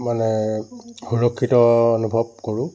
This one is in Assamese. মানে সুৰক্ষিত অনুভৱ কৰোঁ